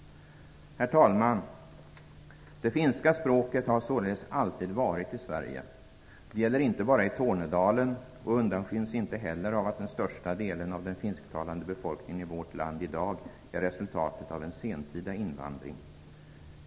Herr talman! Det finska språket har således alltid varit i Sverige. Det gäller inte bara i Tornedalen, och det undanskyms inte heller av att den största delen av den finsktalande befolkningen i vårt land i dag är resultatet av en sentida invandring.